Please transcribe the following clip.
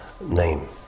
name